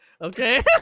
Okay